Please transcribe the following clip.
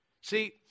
See